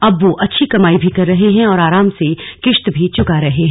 अब वो अच्छी कमाई भी कर रहे हैं और आराम से किस्त भी चुका रहे हैं